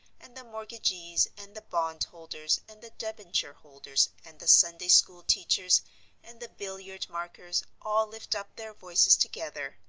and the mortgagees and the bond-holders and the debenture-holders and the sunday school teachers and the billiard-markers all lift up their voices together,